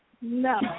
No